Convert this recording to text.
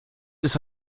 ist